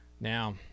Now